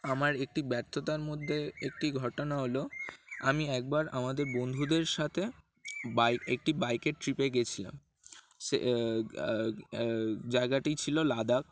আমার একটি ব্যর্থতার মধ্যে একটি ঘটনা হলো আমি একবার আমাদের বন্ধুদের সাথে বাইক একটি বাইকের ট্রিপে গিয়েছিলাম সে জায়গাটি ছিল লাদাখ